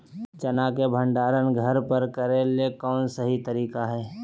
चना के भंडारण घर पर करेले कौन सही तरीका है?